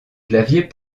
claviers